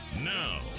Now